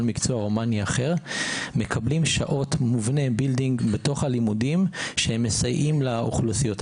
מקצועי הומני אחר מקבלים שעות בלימודים עצמם שמסייעים לאוכלוסיות.